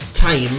Time